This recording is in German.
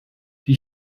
die